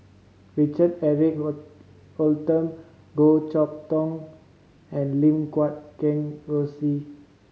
Richard Eric Holttum Goh Chok Tong and Lim Guat Kheng Rosie